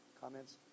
Comments